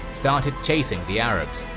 started chasing the arabs,